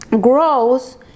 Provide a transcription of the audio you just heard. grows